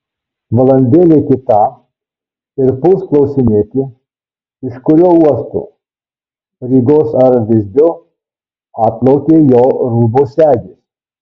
valandėlė kita ir puls klausinėti iš kurio uosto rygos ar visbio atplaukė jo rūbo segės